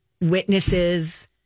witnesses